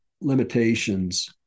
limitations